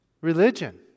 Religion